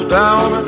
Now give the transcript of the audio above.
down